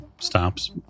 stops